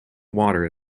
water